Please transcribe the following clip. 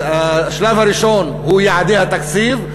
השלב הראשון הוא יעדי התקציב,